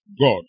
God